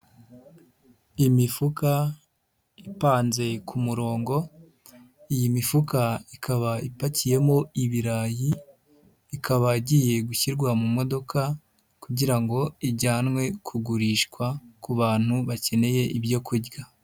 Imifuka ipanze ku murongo, iyi mifuka ikaba ipakiyemo ibirayi, ikaba igiye gushyirwa mu modoka kugira ngo ijyanwe kugurishwa ku bantu bakeneye ibyo kurya.